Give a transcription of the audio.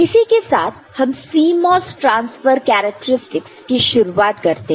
इसी के साथ हम CMOS ट्रांसफर कैरेक्टरस्टिक्स की शुरुआत करते हैं